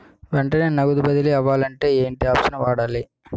వెంటనే నగదు బదిలీ అవ్వాలంటే ఏంటి ఆప్షన్ వాడాలి?